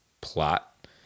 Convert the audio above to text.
plot